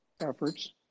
efforts